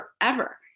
forever